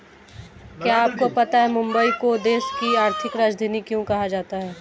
क्या आपको पता है मुंबई को देश की आर्थिक राजधानी क्यों कहा जाता है?